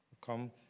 Come